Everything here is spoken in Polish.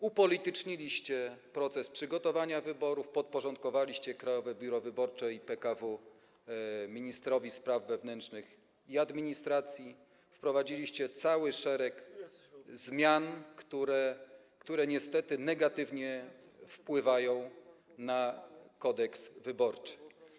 Upolityczniliście proces przygotowania wyborów, podporządkowaliście Krajowe Biuro Wyborcze i PKW ministrowi spraw wewnętrznych i administracji, wprowadziliście cały szereg zmian, które niestety negatywnie wpływają na Kodeks wyborczy.